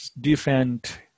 different